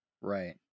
Right